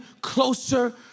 closer